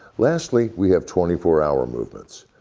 lastly, we have twenty four hour movements.